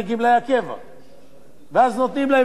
ואז נותנים להם הפרשים, ולא מצמידים את ההפרשים.